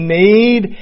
need